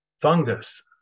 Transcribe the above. fungus